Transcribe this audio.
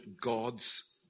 God's